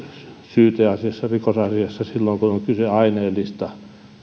syyteasiassa rikosasiassa silloin kun on kyse aineellisista